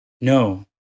No